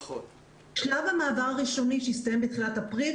שלב המעבר הראשוני שהסתיים בתחילת אפריל,